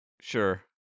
Sure